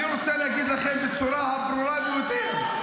אני רוצה להגיד לכם בצורה הברורה ביותר,